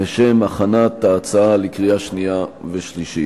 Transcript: לשם הכנתה לקריאה שנייה ושלישית.